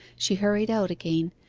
she hurried out again,